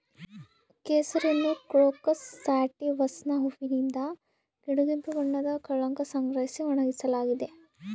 ಕೇಸರಿಯನ್ನುಕ್ರೋಕಸ್ ಸ್ಯಾಟಿವಸ್ನ ಹೂವಿನಿಂದ ಕಡುಗೆಂಪು ಬಣ್ಣದ ಕಳಂಕ ಸಂಗ್ರಹಿಸಿ ಒಣಗಿಸಲಾಗಿದೆ